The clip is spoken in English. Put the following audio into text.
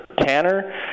Tanner